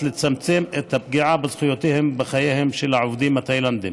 לצמצם את הפגיעה בזכויותיהם ובחייהם של העובדים התאילנדים.